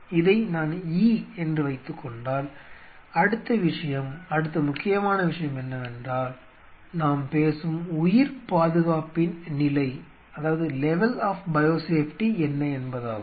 இதை நான் E என்று வைத்துக்கொண்டால் அடுத்த விஷயம் அடுத்த முக்கியமான விஷயம் என்னவென்றால் நாம் பேசும் உயிர்பாதுகாப்பின் நிலை என்ன என்பதாகும்